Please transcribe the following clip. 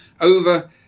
over